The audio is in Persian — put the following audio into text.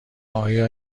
آیا